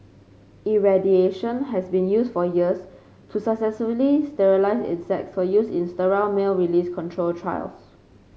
irradiation has been used for years to successfully sterilise insects for use in sterile male release control trials